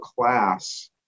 class